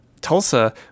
Tulsa